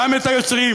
גם את היוצרים,